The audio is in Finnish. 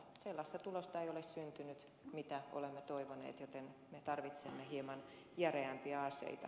sellaista tulosta ei ole syntynyt mitä olemme toivoneet joten me tarvitsemme hieman järeämpiä aseita